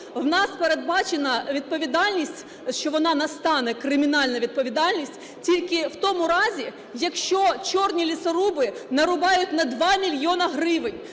в нас передбачена відповідальність, що вона настане, кримінальна відповідальність, тільки в тому разі, якщо "чорні" лісоруби нарубають на 2 мільйони гривень,